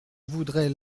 voudrais